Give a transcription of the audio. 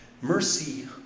Mercy